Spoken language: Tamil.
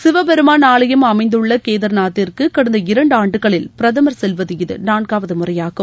சிவபெருமான் ஆலயம் அமைந்துள்ள கேதார்நாதிற்கு கடந்த இரண்டாண்டுகளில் பிரதமர் செல்வது இது நான்காவது முறையாகும்